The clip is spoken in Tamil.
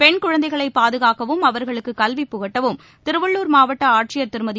பெண் குழந்தைகளை பாதுகாக்கவும் அவர்களுக்கு கல்வி புகட்டவும் திருவள்ளூர் மாவட்ட ஆட்சியர் திருமதி